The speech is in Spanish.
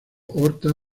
horta